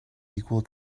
equal